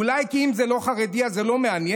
אולי כי אם זה לא חרדי אז זה לא מעניין?